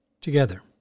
Together